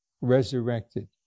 resurrected